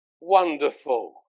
wonderful